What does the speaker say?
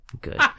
Good